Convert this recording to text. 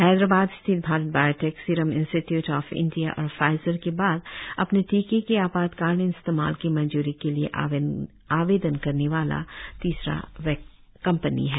हैदराबाद स्थित भारत बायोटेक सीरम इंस्टीट्यूट ऑफ इंडिया और फाइजर के बाद अपने टीके के आपातकालीन इस्तेमाल की मंजूरी के लिए आवेदन करने वाला तीसरी कम्पनी है